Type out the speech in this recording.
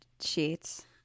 sheets